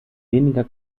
weniger